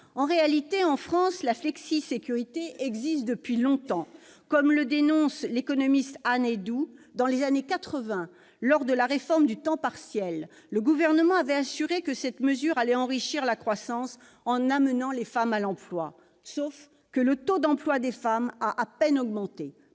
En réalité, en France, la flexisécurité existe depuis longtemps. Comme le dénonce l'économiste Anne Eydoux, « dans les années 1980, lors de la réforme du temps partiel, le Gouvernement avait assuré que cette mesure allait enrichir la croissance, en amenant les femmes à l'emploi. Sauf que le taux d'emploi des femmes a à peine augmenté